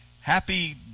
Happy